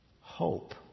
Hope